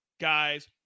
guys